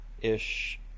ish